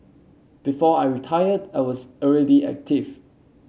before I retired I was already active